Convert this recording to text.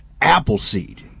Appleseed